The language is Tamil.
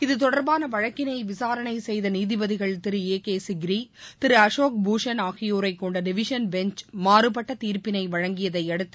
இது தொடர்பான வழக்கினை விசாரணை செய்த நீதிபதிகள் திரு ஏ கே சிக்ரி திரு அசோக்பூஷன் ஆகியோரைக் கொண்ட டிவிஷன் பெஞ்ச் மாறுபட்ட தீர்ப்பினை வழங்கியதை அடுத்து